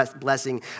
blessing